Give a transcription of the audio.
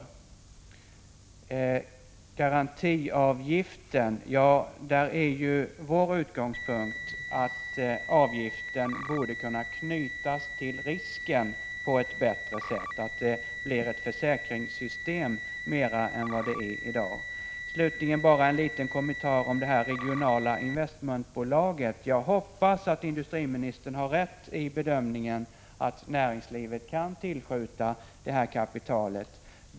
Beträffande garantiavgiften är vår utgångspunkt att avgiften borde kunna knytas till risken på ett bättre sätt, så att det blir mera likt ett försäkringssystem än vad det är i dag. Slutligen bara en liten kommentar om det regionala investmentbolaget. Jag hoppas att industriministern har rätt i bedömningen att näringslivet kan tillskjuta detta kapital.